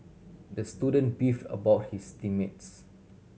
the student beefed about his team mates